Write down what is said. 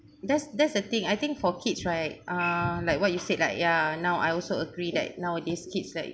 that's that's the thing I think for kids right uh like what you said like ya now I also agree that nowadays kids like